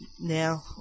Now